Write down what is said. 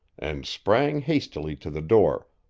and sprang hastily to the door,